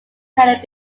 cannot